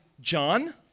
John